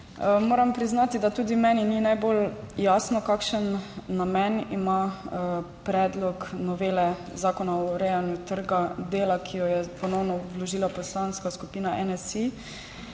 Moram priznati, da tudi meni ni najbolj jasno, kakšen namen ima predlog novele Zakona o urejanju trga dela, ki ga je ponovno vložila Poslanska skupina NSi.